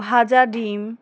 ভাজা ডিম